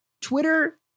Twitter